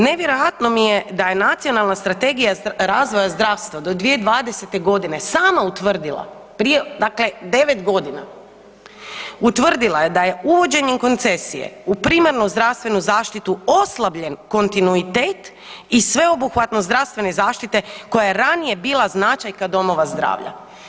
Nevjerojatno mi je da je Nacionalna strategija razvoja zdravstva do 2020.g. sama utvrdila prije dakle 9.g. utvrdila je da je uvođenjem koncesije u primarnu zdravstvenu zaštitu oslabljen kontinuitet i sveobuhvatno zdravstvene zaštite koja je ranije bila značajka domova zdravlja.